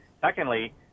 Secondly